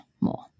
more